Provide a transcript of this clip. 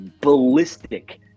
ballistic